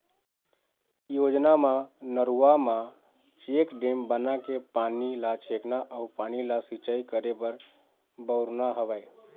योजना म नरूवा म चेकडेम बनाके पानी ल छेकना अउ पानी ल सिंचाई करे बर बउरना हवय